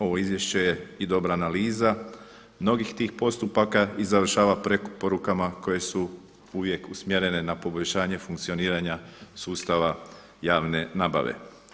Ovo izvješće je i dobra analiza mnogih tih postupaka i završava porukama koje su uvijek usmjerene na poboljšanje funkcioniranja sustava javne nabave.